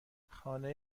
خانه